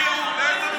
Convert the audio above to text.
אבל אז זה לא